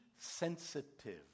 sensitive